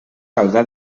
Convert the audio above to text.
caldrà